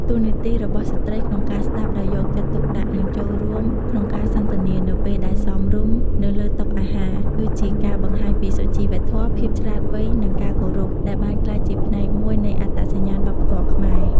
តួនាទីរបស់ស្ត្រីក្នុងការស្តាប់ដោយយកចិត្តទុកដាក់ និងចូលរួមក្នុងការសន្ទនា នៅពេលដែលសមរម្យ នៅលើតុអាហារ គឺជាការបង្ហាញពី សុជីវធម៌ ភាពឆ្លាតវៃ និងការគោរព ដែលបានក្លាយជាផ្នែកមួយនៃអត្តសញ្ញាណវប្បធម៌ខ្មែរ។